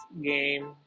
game